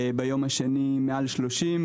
ביום השני מעל 30,